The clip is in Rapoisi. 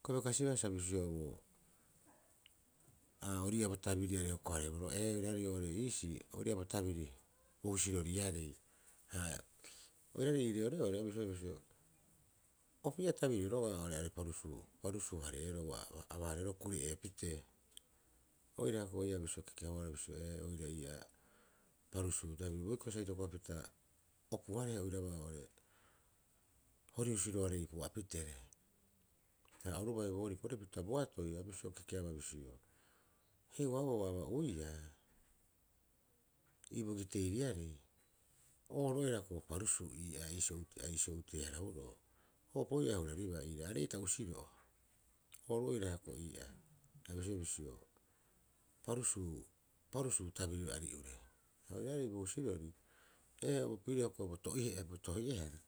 uka bai kasiba sa bisioaboo, a orii'ii'aa bo tabiriarei hoko- hareboroo, ee oiraarei oo'ore iisii ori ii'aa bo tabiri bousiroriarei. Ha oiraarei ii reoreori a bisioea bisio opii'a tabiriro roga'a oo'ore aarei parusuu- parusuu- hareeroo ua- ua aba- hareero kure'eepitee. Oira hioko'i ii'aa bisio kekeabaa bisio ee, oira ii'aa parusu boikiro sa itokopapita opu- harehe oiraba oo're horihusi roarei pu'apitee. Haia oru bai boori porepita boatoi a bisio kekeabaa bisio, heuaboo ua aba'uiua ii bogiteiriarei, o oru oira hioko'i bo parusuu ii'aa. Iisio a iisiio utee- hara- hunoo. O oira ahuraribaa ii'aa. Aree'ita usiro'o oru oira hioko'i ii'aa a biosiea bisio parusuu- parusuu tabiri ari'ure, haoiraare bo husirori, ee, oru pirio ko'i bo tohi'ehara bo tohi'ehara.